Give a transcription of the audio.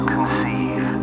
Conceive